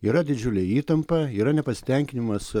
yra didžiulė įtampa yra nepasitenkinimas